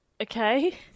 Okay